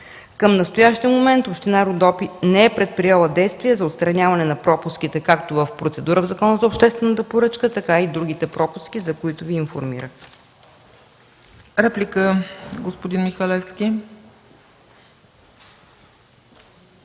Към настоящия момент община Родопи не е предприела действия за отстраняване на пропуските, както в процедурата по Закона за обществената поръчка, така и другите пропуски, за които Ви информирах.